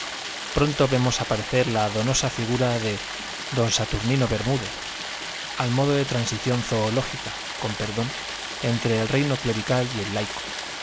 pronto vemos aparecer la donosa figura de d saturnino bermúdez al modo de transición zoológica con perdón entre el reino clerical y el laico